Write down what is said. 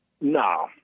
no